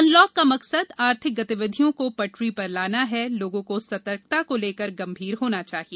unlock का मकसद आर्थिक गतिविधियों को पटरी पर लाना है लोगों को सतर्कता को लेकर गंभीर होना चाहिए